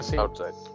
outside